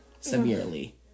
Severely